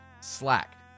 slack